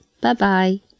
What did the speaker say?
Bye-bye